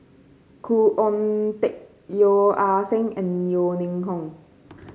Khoo Oon Teik Yeo Ah Seng and Yeo Ning Hong